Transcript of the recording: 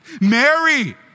Mary